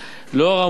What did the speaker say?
לאור האמור,